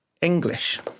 English